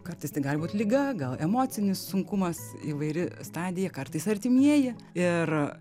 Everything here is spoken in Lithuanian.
kartais tai gali būt liga gal emocinis sunkumas įvairi stadija kartais artimieji ir